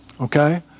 Okay